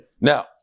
Now